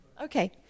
Okay